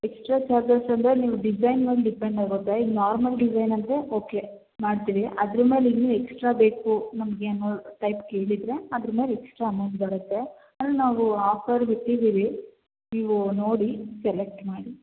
extra charges ಅಂದರೆ ನಿಮ್ಮ design ಮೇಲೆ ಡಿಪೆಂಡ್ ಆಗುತ್ತೆ ಇನ್ನು ನಾರ್ಮಲ್ ಡಿಸೈನ್ ಅಂದರೆ ಓಕೆ ಮಾಡ್ತೀವಿ ಅದ್ರ ಮೇಲೆ ಇನ್ನೂ ಎಕ್ಸ್ಟ್ರಾ ಬೇಕು ನಮ್ಗೇನೊ ಟೈಪ್ ಕೇಳಿದರೆ ಅದ್ರ ಮೇಲೆ ಎಕ್ಸ್ಟ್ರಾ ಅಮೌಂಟ್ ಬರುತ್ತೆ ಅಂದರೆ ನಾವು ಆಫರ್ ಬಿಟ್ಟಿದ್ದೀವಿ ನೀವು ನೋಡಿ ಸೆಲೆಕ್ಟ್ ಮಾಡಿ